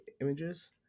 images